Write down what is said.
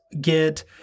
get